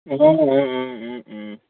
অঁ